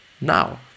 now